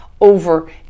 over